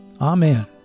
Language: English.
Amen